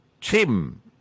Tim